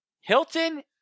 Hilton